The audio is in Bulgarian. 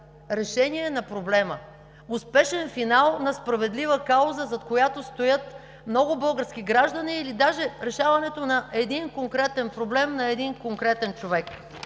решение на проблема, успешен финал на справедлива кауза, зад която стоят много български граждани или даже решаването на един конкретен проблем на един конкретен човек.